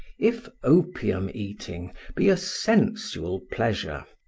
if opium-eating be a sensual pleasure,